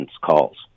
calls